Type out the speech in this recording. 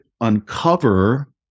uncover